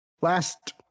last